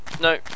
No